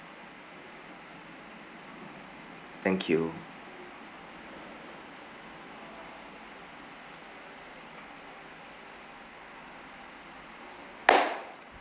thank you